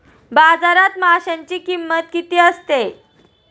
बाजारात माशांची किंमत किती असते?